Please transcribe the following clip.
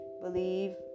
believe